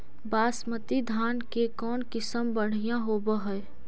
बासमती धान के कौन किसम बँढ़िया होब है?